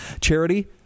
Charity